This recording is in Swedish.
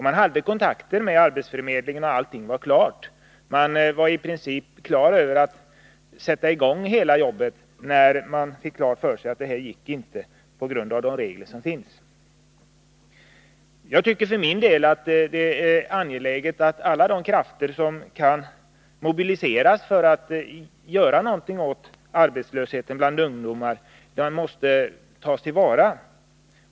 Man hade kontakter med arbetsförmedlingen, allt var klart och man var i princip beredd att sätta i gång jobbet, när man fick klart för sig att det inte gick på grund av de regler som finns. Jag tycker för min del att det är angeläget att mobilisera alla krafter för att göra någonting åt arbetslösheten bland ungdomar. Alla möjligheter måste tas till vara.